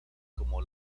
como